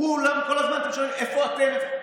כולם כל הזמן שואלים: איפה אתם,